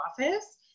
office